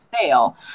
fail